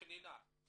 פנינה,